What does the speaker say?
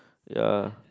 ya